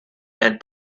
and